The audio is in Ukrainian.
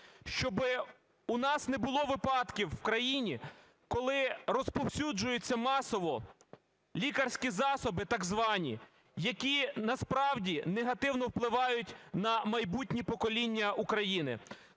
що у нас не було випадків у країні, коли розповсюджуються масово лікарські засоби так звані, які насправді негативно впливають на майбутні покоління України.